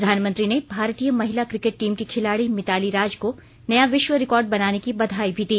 प्रधानमंत्री ने भारतीय महिला किकेट टीम की खिलाड़ी मिताली राज को नया विश्व रिकार्ड बनाने की बधाई भी दी